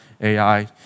AI